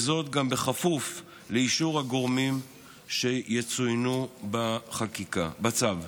גם בכפוף לאישור הגורמים שצוינו בצו.